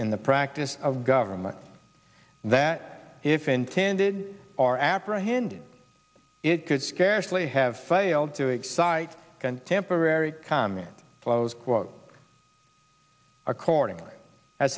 in the practice of government that if intended or apprehended it could scarcely have failed to excite contemporary cami close quote accordingly a